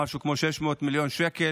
משהו כמו 600 מיליון שקל,